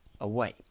away